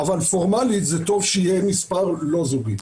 --- אבל פורמלית זה טוב שיהיה מספר לא זוגי.